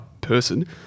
person